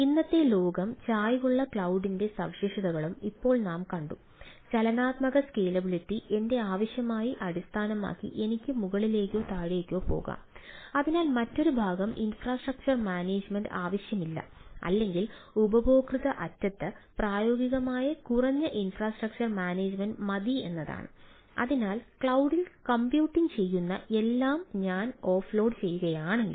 ഇന്നത്തെ ലോകം ചായ്വുള്ള ക്ലൌഡി ചെയ്യുന്ന എല്ലാം ഞാൻ ഓഫ്ലോഡ് ചെയ്യുകയാണെങ്കിൽ